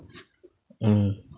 mm